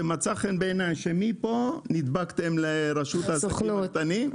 שמצא חן בעיניי שמפה נדבקתם לסוכנות לעסקים קטנים.